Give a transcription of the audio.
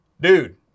Dude